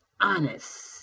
honest